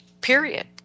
Period